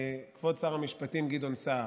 כבוד שר המשפטים גדעון סער.